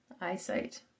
eyesight